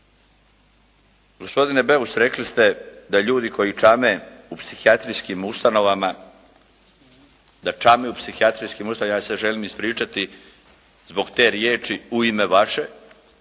Gospodine Beus, rekli ste da ljudi koji čame u psihijatrijskim ustanovama, da čame u psihijatrijskim ustanovama, ja se želim ispričati zbog te riječi u ime vaše,